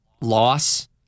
loss